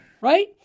right